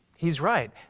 he's right.